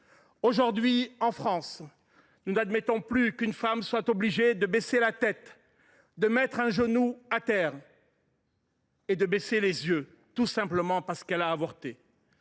Aujourd’hui, en France, nous ne tolérerons plus qu’une femme soit obligée de baisser la tête, de mettre un genou à terre et de baisser les yeux tout simplement parce qu’elle a avorté.